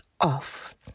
off